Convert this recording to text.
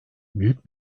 büyük